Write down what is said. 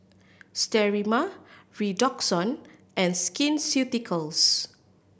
Sterimar Redoxon and Skin Ceuticals